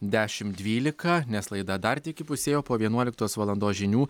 dešim dvylika nes laida dar tik įpusėjo po vienuoliktos valandos žinių